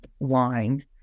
line